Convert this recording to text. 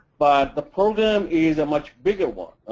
but the program is a much bigger one.